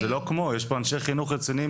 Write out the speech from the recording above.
זה לא כמו, יש פה אנשי חינוך רציניים